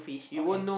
okay